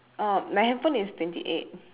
oh my handphone is twenty eight